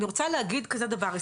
אני רוצה להגיד כזה דבר,